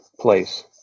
place